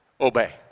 obey